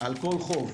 על כל חוב.